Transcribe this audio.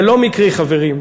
זה לא מקרי, חברים.